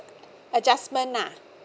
adjustment ah